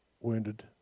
wounded